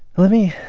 let me